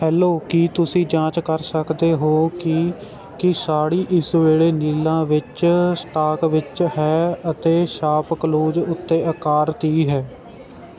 hello ਕੀ ਤੁਸੀਂ ਜਾਂਚ ਕਰ ਸਕਦੇ ਹੋ ਕਿ ਕੀ ਸਾੜੀ ਇਸ ਵੇਲੇ ਨੀਲਾ ਵਿੱਚ ਸਟਾਕ ਵਿੱਚ ਹੈ ਅਤੇ ਸ਼ਾਪਕਲੂਜ਼ ਉੱਤੇ ਆਕਾਰ ਤੀਹ ਹੈ